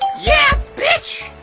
yeah, bitch!